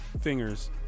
fingers